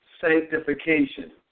sanctification